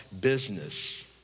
business